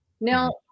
Now